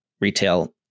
retail